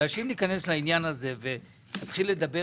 מכיוון שאם ניכנס לעניין הזה ונתחיל לדבר